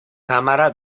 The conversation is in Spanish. cámara